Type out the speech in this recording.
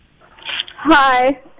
Hi